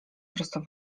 prosto